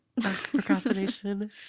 procrastination